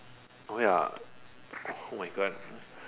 oh ya oh my god